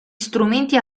strumenti